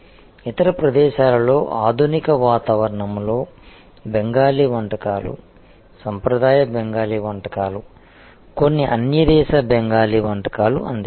ఇతర ప్రదేశాలు లో ఆధునిక వాతావరణంలో బెంగాలీ వంటకాలు సంప్రదాయ బెంగాలీ వంటకాలు కొన్ని అన్యదేశ బెంగాలీ వంటకాలు అందిస్తారు